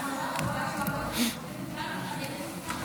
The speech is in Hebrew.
הכנסת מירב כהן, אינה נוכחת,